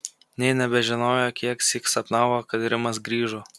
nė nebežinojo kieksyk sapnavo kad rimas grįžo